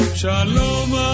Shalom